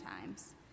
times